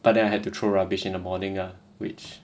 but then I had to throw rubbish in the morning ah which